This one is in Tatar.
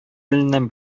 иленнән